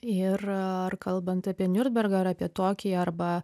ir ar kalbant apie niurnbergą ir apie tokį arba